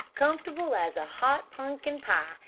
comfortable as a hot punkin pie,